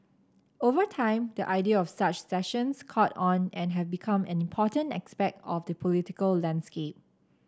over time the idea of such sessions caught on and have become an important aspect of the political landscape